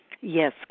Yes